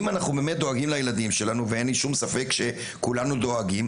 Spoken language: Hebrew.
אם אנחנו באמת דואגים לילדים שלנו ואין לי שום ספק שכולנו דואגים,